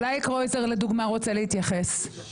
אולי קרויזר לדוגמה רוצה להתייחס?